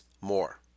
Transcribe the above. more